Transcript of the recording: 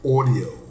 Audio